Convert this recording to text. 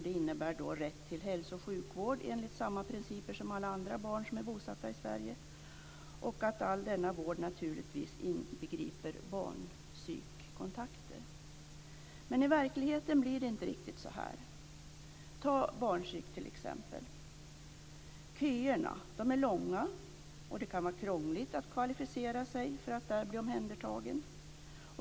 Det innebär rätt till hälso och sjukvård, enligt samma principer som för alla andra barn som är bosatta i Sverige, och att all denna vård inbegriper barnpsykkontakter. I verkligheten blir det inte riktigt så här. Köerna till barnpsyk är långa, och det kan vara krångligt att kvalificera sig för att bli omhändertagen.